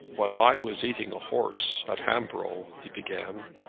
when i was eating a horse at hamboro' he began.